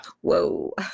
Whoa